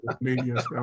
media